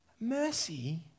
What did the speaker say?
mercy